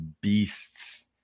beasts